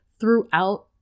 throughout